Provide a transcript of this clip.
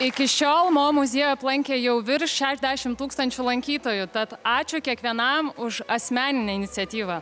iki šiol mo muziejų aplankė jau virš šešiasdešim tūkstančių lankytojų tad ačiū kiekvienam už asmeninę iniciatyvą